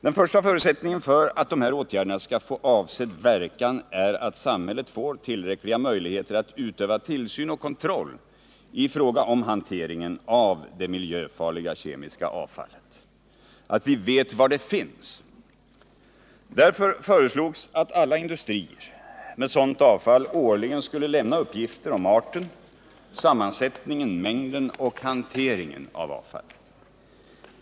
Den första förutsättningen för att dessa åtgärder skall få avsedd verkan är att samhället får tillräckliga möjligheter att utöva tillsyn och kontroll i fråga om hanteringen av det miljöfarliga kemiska avfallet. Därför föreslogs att alla industrier med sådant avfall årligen skulle lämna uppgifter om arten, sammansättningen, mängden och hanteringen av avfallet.